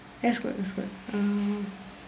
that's good that's good ah